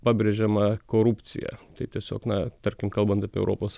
pabrėžiama korupcija tai tiesiog na tarkim kalbant apie europos